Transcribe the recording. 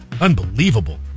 unbelievable